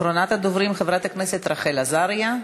אחרונת הדוברים, חברת הכנסת רחל עזריה.